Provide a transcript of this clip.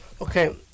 Okay